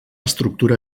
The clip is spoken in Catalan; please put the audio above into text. estructura